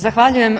Zahvaljujem.